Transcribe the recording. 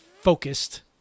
focused